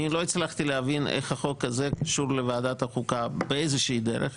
אני לא הצלחתי להבין איך החוק הזה קשור לוועדת החוקה באיזה שהיא דרך,